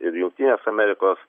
ir jungtinės amerikos